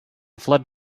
flood